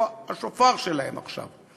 הוא השופר שלהם עכשיו.